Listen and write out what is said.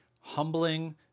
humbling